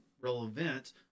relevant